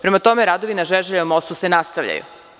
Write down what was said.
Prema tome, radovi na Žeželjevom mostu se nastavljaju.